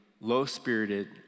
low-spirited